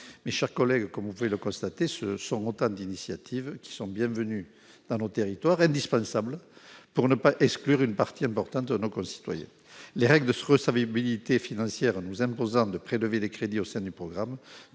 mes chers collègues, comme vous pouvez le constater ce sont autant d'initiatives qui sont bienvenus dans nos territoires, indispensable pour ne pas exclure une partie importante de nos concitoyens, les règles de ce recevabilité financière nous imposant de prélever des crédits au sein du programme